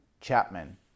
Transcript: Chapman